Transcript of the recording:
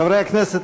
חברי הכנסת,